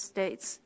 States